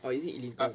or is it illegal